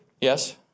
Yes